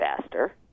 faster